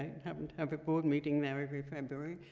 i and happen to have a board meeting there every february.